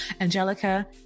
Angelica